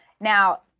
Now